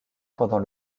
pendant